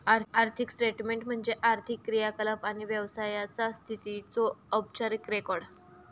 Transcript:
आर्थिक स्टेटमेन्ट म्हणजे आर्थिक क्रियाकलाप आणि व्यवसायाचा स्थितीचो औपचारिक रेकॉर्ड